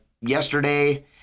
yesterday